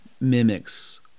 mimics